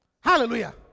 Hallelujah